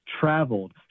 traveled